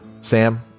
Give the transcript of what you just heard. Sam